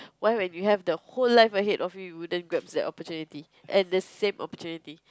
why when you have the whole life ahead of you you wouldn't grab that opportunity and the same opportunity